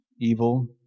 evil